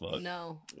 no